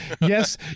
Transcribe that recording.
yes